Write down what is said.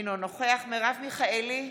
אינו נוכח מרב מיכאלי,